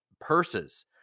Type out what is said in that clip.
purses